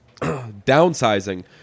Downsizing